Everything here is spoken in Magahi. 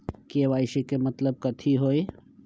के.वाई.सी के मतलब कथी होई?